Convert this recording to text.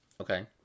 Okay